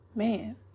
man